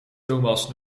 thomas